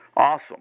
Awesome